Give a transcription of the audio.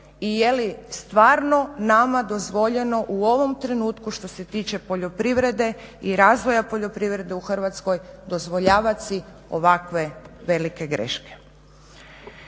i jeli stvarno nama dozvoljeno u ovom trenutku što se tiče poljoprivrede i razvoja poljoprivrede u Hrvatskoj dozvoljavati si ovako velike greške.